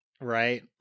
Right